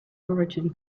origin